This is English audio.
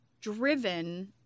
driven